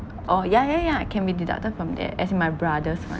oh ya ya ya it can be deducted from there as in my brother's [one]